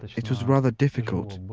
it was rather difficult,